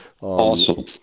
Awesome